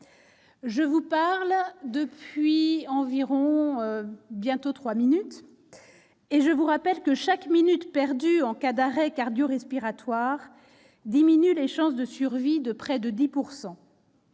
Je vous rappelle que chaque minute perdue en cas d'arrêt cardio-respiratoire diminue les chances de survie de près de 10 %.